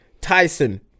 Tyson